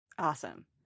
Awesome